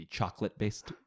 chocolate-based